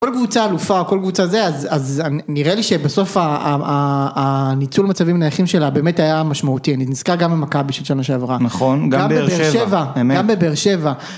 כל קבוצה אלופה, כל קבוצה זה, אז אז נראה לי שבסוף הניצול מצבים נייחים שלה באמת היה משמעותי. אני נזכר גם במכבי של שנה שעברה. נכון, גם בבאר שבע. אמת, גם בבאר שבע.